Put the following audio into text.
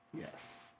Yes